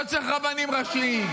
לא צריך רבנים ראשיים.